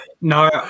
no